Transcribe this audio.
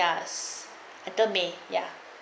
yas untill may ya